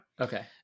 Okay